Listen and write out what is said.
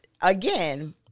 again